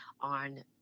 on